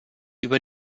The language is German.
über